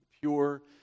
Pure